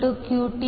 33660 14